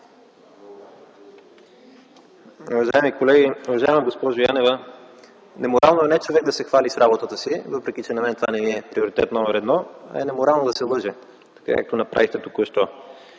Уважаеми колеги! Уважаема госпожо Янева, неморално е не човек да се хвали с работата си, въпреки че на мен това не ми е приоритет номер едно, а е неморално да се лъже, както направихте току-що.